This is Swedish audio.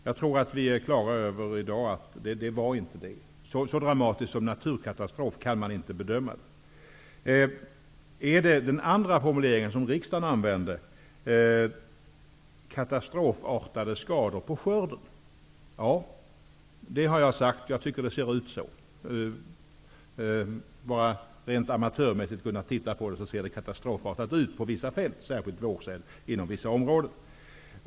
Jag tror att vi i dag är klara över att det inte var en sådan. Vi kan inte bedöma situationen som så dramatisk som en katastrof. Var det då katastrofartade skador på skörden? Det är den andra formuleringen som riksdagen har använt. Ja, jag har sagt, rent amatörmässigt, att det ser ut så på vissa fält, speciellt när det gäller vårsäd i vissa områden.